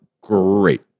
great